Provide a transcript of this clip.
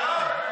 שקט.